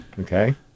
Okay